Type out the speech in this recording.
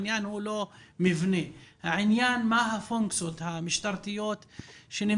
העניין הוא לא מבנה אלא העניין הוא מה הפונקציות המשטרתיות שנמצאות